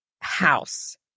house